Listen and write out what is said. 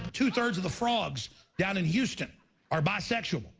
two-thirds of the frogs down in houston are bi-sexual!